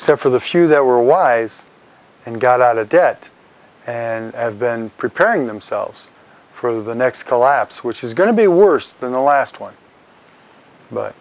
except for the few that were wise and got out of debt and have been preparing themselves for the next collapse which is going to be worse than the last one